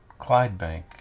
Clydebank